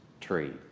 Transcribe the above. tree